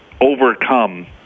overcome